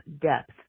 depth